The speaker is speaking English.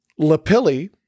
Lapilli